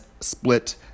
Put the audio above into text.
split